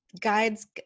guides